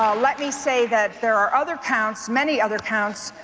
let me say that there are other counts, many other counts,